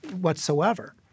whatsoever